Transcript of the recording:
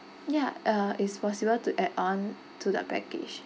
ya uh it 's possible to add on to the package